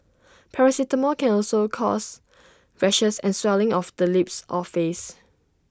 paracetamol can also cause rashes and swelling of the lips or face